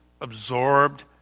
absorbed